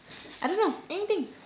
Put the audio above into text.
I don't know anything